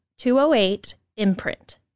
208-IMPRINT